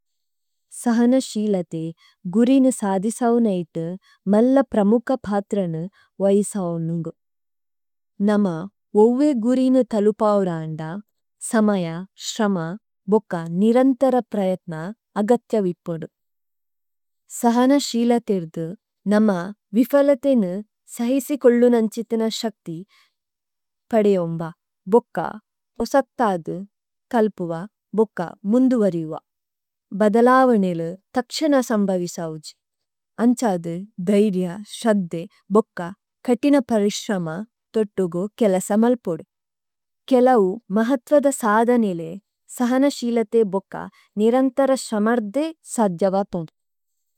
സഹനശിലതെ ഗുരിനു സാധിസവുനേടു മല്ല പ്രമുക ഭാത്രനു വൈസാവുന്നുദു। നമാ ഓവേ ഗുരീനു തലുപാഉഡാന്ഡാ, സമയാ, ശരമാ, ബുക്കാ, നിരംതരാ പ്രയത്നാ, അഗത്യാ വിപോഡു। സഹന ശീലതേ ദു, നമാ വിഫലതേ നു സഹഈസീ കല്ലു നംചിതന ശക്തി, പഡയോംബാ, ബുക്കാ, പസത്താദു, കലപുവാ, ബുക്കാ, മുംദു വരിവാ। ബദലാവനേലോ തക്ഷന സമ്ബവി സവുഝ, അംചാദ, ദൈരിയാ, ശരദ്ദേ, ബുക്കാ, കടിന പരിഷ്രമാ, തടുഗോ കേല സമലപുഡു। കലവു മഹത്വദ സാധനേലോ, സഹന ശീലതേ ബുക്കാ, നിരംതര ശരമര്ദേ, സദ്ഗ്യവതു।